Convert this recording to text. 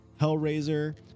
Hellraiser